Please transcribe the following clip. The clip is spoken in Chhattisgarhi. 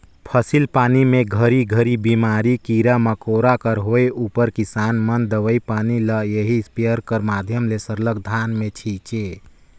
फसिल पानी मे घरी घरी बेमारी, कीरा मकोरा कर होए उपर किसान मन दवई पानी ल एही इस्पेयर कर माध्यम ले सरलग धान मे छीचे